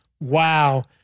Wow